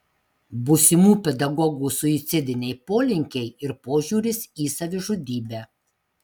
būsimų pedagogų suicidiniai polinkiai ir požiūris į savižudybę